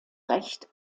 recht